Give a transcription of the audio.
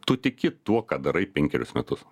tu tiki tuo ką darai penkerius metus